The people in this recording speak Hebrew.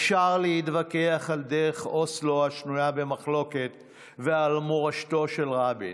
אפשר להתווכח על דרך אוסלו השנויה במחלוקת ועל מורשתו של רבין.